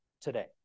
today